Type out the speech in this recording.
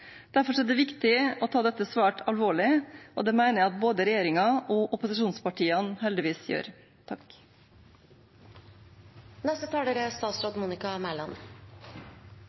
er det viktig å ta dette svært alvorlig, og det mener jeg at både regjeringen og opposisjonspartiene heldigvis gjør.